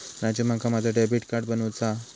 राजू, माका माझा debit card बनवूचा हा